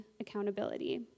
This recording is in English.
accountability